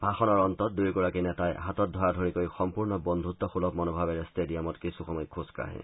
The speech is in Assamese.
ভাষণৰ অন্তত দুয়োগৰাকী নেতাই হাতত ধৰাধৰিকৈ সম্পূৰ্ণ বন্ধত্বসূলভ মনোভাৱেৰে ট্টেডিয়ামত কিছু সময় খোজ কাঢ়ে